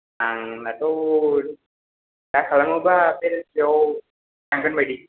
आंनाथ' दा खालामोबा बेलासियाव थांगोन बायदि